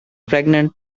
pregnant